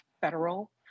federal